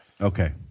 Okay